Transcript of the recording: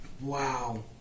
Wow